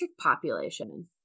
population